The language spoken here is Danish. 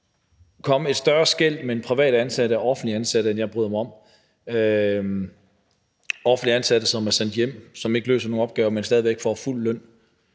kommet et større skel mellem privat ansatte og offentligt ansatte, end jeg bryder mig om – med offentligt ansatte, som er sendt hjem, og som ikke løser nogen opgaver, men stadig væk får fuld løn.